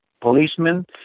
policemen